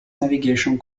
navigation